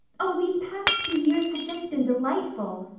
oh, these past two years have just been delightful.